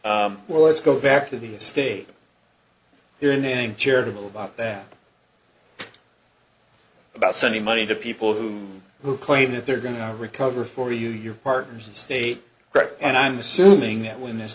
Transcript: well let's go back to the state your name charitable about that about sending money to people who who claim that they're going to recover for you your partners and state rep and i'm assuming that when this